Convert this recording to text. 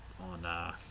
on